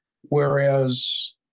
Whereas